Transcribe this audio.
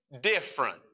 different